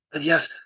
Yes